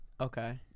Okay